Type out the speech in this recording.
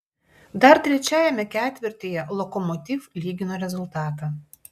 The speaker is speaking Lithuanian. dar trečiajame ketvirtyje lokomotiv lygino rezultatą